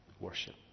Worship